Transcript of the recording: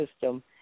system